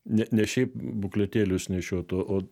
ne ne šiaip būkletėlius nešiot o